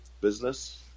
business